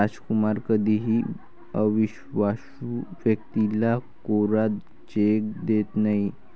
रामकुमार कधीही अविश्वासू व्यक्तीला कोरा चेक देत नाही